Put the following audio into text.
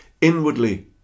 inwardly